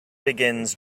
begins